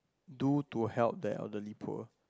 do to help the elderly poor